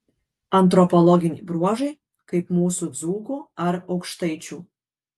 antropologiniai bruožai kaip mūsų dzūkų ar aukštaičių